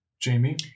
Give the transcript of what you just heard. Jamie